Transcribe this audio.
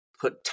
put